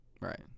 right